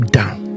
down